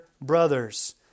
brothers